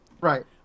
Right